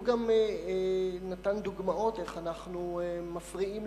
הוא גם נתן דוגמאות איך אנחנו מפריעים